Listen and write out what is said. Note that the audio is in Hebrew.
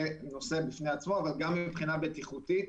נושא בפני עצמו אבל גם מבחינה בטיחותית,